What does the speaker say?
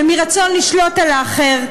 ומרצון לשלוט על אחר.